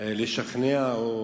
לשכנע או